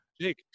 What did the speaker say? Jake